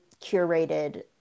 curated